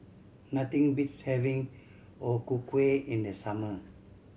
nothing beats having O Ku Kueh in the summer